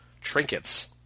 trinkets